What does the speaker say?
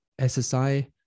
SSI